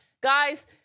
guys